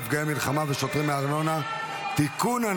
נפגעי מלחמה ושוטרים מארנונה) (תיקון,